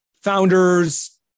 founders